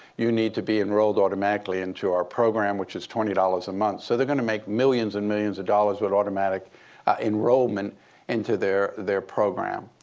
you need to be enrolled automatically into our program, which is twenty dollars a month. so they're going to make millions and millions of dollars with automatic enrollment into their program.